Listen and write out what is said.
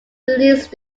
released